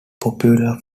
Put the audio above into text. popular